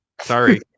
Sorry